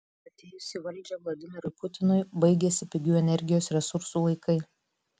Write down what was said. atėjus į valdžią vladimirui putinui baigėsi pigių energijos resursų laikai